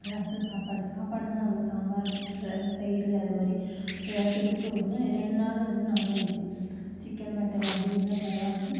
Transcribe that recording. ரசம் சாப்பாடு சாப்பாடுனா அதில் சாம்பார் வேற தயிர் அது மாதிரி எதாவது தொட்டுக்க ஒன்று ரெண்டு நாள் வந்து நான்வெஜ்ஜி சிக்கன் மட்டன் அப்படி இருந்தால் பரவாயில்லை